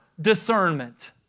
discernment